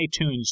iTunes